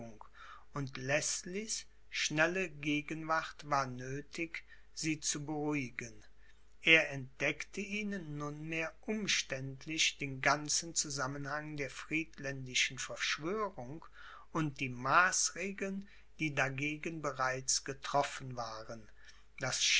und leßlies schnelle gegenwart war nöthig sie zu beruhigen er entdeckte ihnen nunmehr umständlich den ganzen zusammenhang der friedländischen verschwörung und die maßregeln die dagegen bereits getroffen worden das